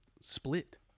split